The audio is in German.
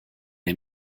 der